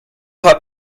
hat